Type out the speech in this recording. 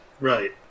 Right